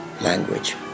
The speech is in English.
language